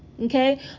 okay